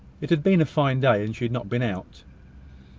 it had been a fine day, and she had not been out.